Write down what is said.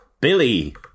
Billy